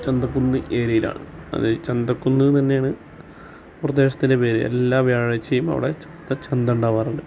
ചന്ത കുന്ന് ഏരിയയിലാണ് അത് ചന്ത കുന്ന് എന്ന് തന്നെയാണ് പ്രദേശത്തിൻ്റെ പേര് എല്ലാ വ്യാഴാഴ്ചയും അവിടെ ചന്ത ഉണ്ടാകാറുണ്ട്